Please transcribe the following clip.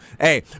Hey